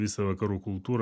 visą vakarų kultūrą